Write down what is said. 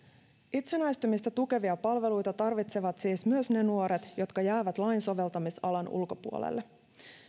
itsenäistymistä tukevia palveluita tarvitsevat siis myös ne nuoret jotka jäävät lain soveltamisalan ulkopuolelle